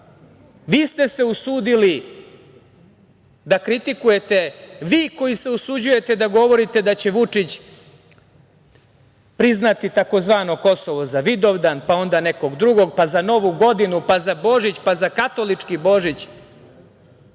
vi ste se usudili da kritikujete, vi koji se usuđujete da govorite da će Vučić priznati tzv. Kosovo za Vidovdan, pa onda nekog drugog, pa za Novu godinu, pa za Božić, pa za katolički Božić?O